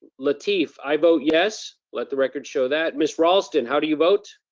lateef, i vote yes, let the record show that. miss raulston, how do you vote?